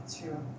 true